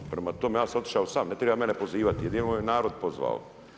Prema tome, ja sam otišao sam, ne treba mene pozivati, jedino me narod pozvao.